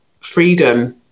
freedom